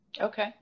Okay